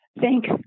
Thanks